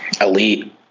Elite